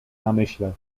namyśle